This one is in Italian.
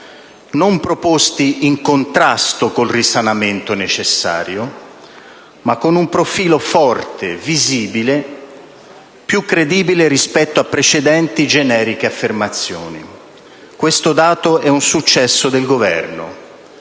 non proposti in contrasto con il risanamento necessario, ma con un profilo forte, visibile, più credibile rispetto a precedenti generiche affermazioni. Questo dato è un successo del Governo.